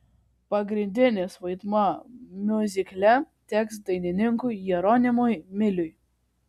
pagrindinis vaidmuo miuzikle teks dainininkui jeronimui miliui